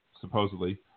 supposedly